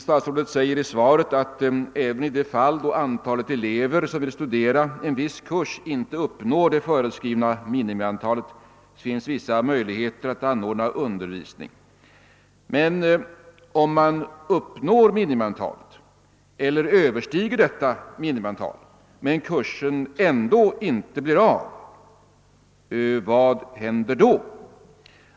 Statsrådet säger i svaret: »Även i de fall då antalet elever, som vill studera en viss kurs, inte uppnår det föreskrivna minimiantalet finns vissa möjligheter att anordna undervisning.» Om man uppnår minimiantalet eller överstiger detta, men kursen ändå inte blir av, vad händer då?